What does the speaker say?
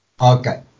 Okay